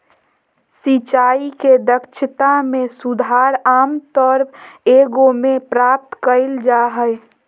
सिंचाई के दक्षता में सुधार आमतौर एगो में प्राप्त कइल जा हइ